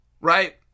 right